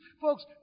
Folks